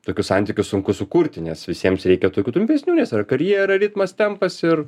tokius santykius sunku sukurti nes visiems reikia tokių trumpesnių nes yra karjera ritmas tempas ir